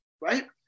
right